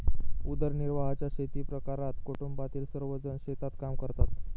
उदरनिर्वाहाच्या शेतीप्रकारात कुटुंबातील सर्वजण शेतात काम करतात